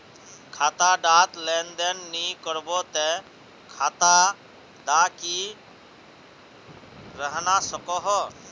खाता डात लेन देन नि करबो ते खाता दा की रहना सकोहो?